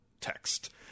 text